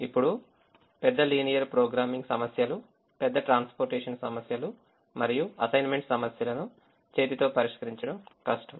ఇప్పుడు పెద్ద linear programming సమస్యలు పెద్ద ట్రాన్స్పోర్టేషన్ సమస్యలు మరియు అసైన్మెంట్ సమస్యలను చేతితో పరిష్కరించడం కష్టం